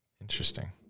Interesting